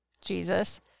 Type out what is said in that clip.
Jesus